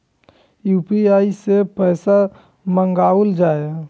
UPI सै पैसा मंगाउल जाय?